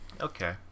Okay